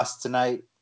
tonight